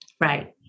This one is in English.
Right